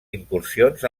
incursions